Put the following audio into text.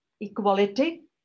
equality